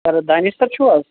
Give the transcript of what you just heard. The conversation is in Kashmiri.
سَر دانِش سَر چھِو حظ